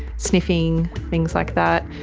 sniffing, things like that.